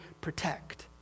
protect